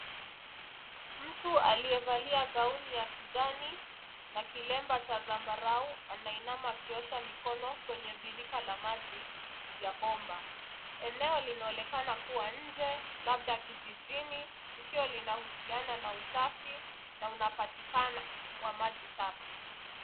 Mtu aliyevalia gauni ya kijani na kilemba cha zambarau anainama akiosha mikono kwenye birirka la maji la bomba. Eneo linaonekana kuwa nje labda kijijini na inahusiana na usafi na unatapatikana wa maji safi.